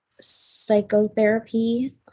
psychotherapy